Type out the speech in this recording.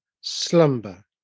slumber